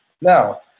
Now